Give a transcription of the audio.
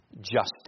justice